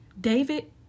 David